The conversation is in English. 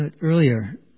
earlier